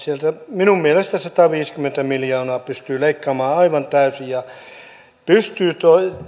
minun mielestäni sataviisikymmentä miljoonaa pystyy leikkaamaan aivan täysin ja silti pystyy